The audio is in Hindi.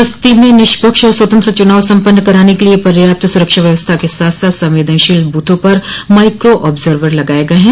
बस्ती में निष्पक्ष और स्वतंत्र चुनाव सम्पन्न कराने के लिये पर्याप्त सुरक्षा व्यवस्था के साथ साथ संवेदनशील बूथों पर माइक्रो आब्जर्वर लगाये गये हैं